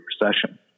Recession